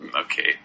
okay